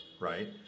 right